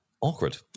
awkward